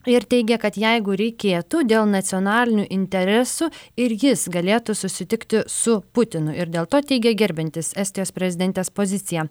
ir teigė kad jeigu reikėtų dėl nacionalinių interesų ir jis galėtų susitikti su putinu ir dėl to teigė gerbiantis estijos prezidentės poziciją